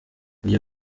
iyi